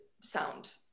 sound